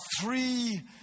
three